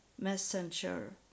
messenger